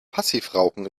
passivrauchen